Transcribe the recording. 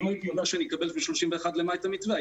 אם הייתי יודע שנקבל ב-31 למאי את המתווה,